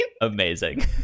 amazing